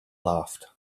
laughed